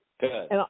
Good